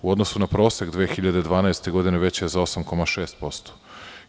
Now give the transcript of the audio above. U odnosu na prosek 2012. godine veća je za 8,6%